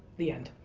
the end.